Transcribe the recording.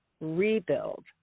rebuild